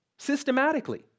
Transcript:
Systematically